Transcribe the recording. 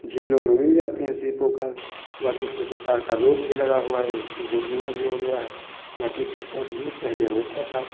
झीलों में मिल जाती हैं सीपों का बाकी उसपे सरकार का रोक भी लगा हुआ है उसे रोकना भी हो गया है बाकी तो इसका बिज़नेस पहले होता था